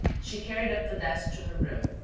she carried up the desk to her room,